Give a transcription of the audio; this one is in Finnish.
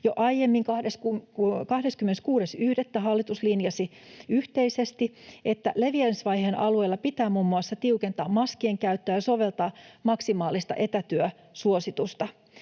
Jo aiemmin, 26.1., hallitus linjasi yhteisesti, että leviämisvaiheen alueilla pitää muun muassa tiukentaa maskien käyttöä ja soveltaa maksimaalista etätyösuositusta.